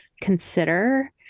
consider